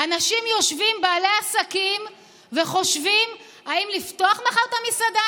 יושבים בעלי עסקים וחושבים אם לפתוח מחר את המסעדה